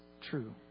true